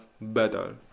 better